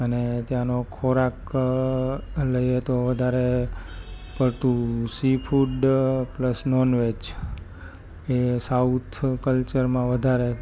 અને ત્યાંનો ખોરાક એટલે એ તો વધારે પડતું સી ફૂડ પ્લસ નોનવેજ એ સાઉથ કલ્ચરમાં વધારે